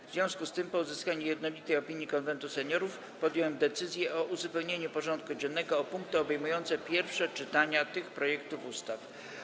W związku z tym, po uzyskaniu jednolitej opinii Konwentu Seniorów, podjąłem decyzję o uzupełnieniu porządku dziennego o punkty obejmujące pierwsze czytania tych projektów ustaw.